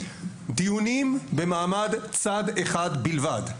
דיונים במעמד צד אחד בלבד,